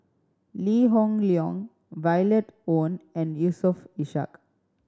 Lee Hoon Leong Violet Oon and Yusof Ishak